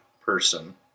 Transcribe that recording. person